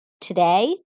today